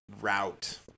route